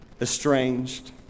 estranged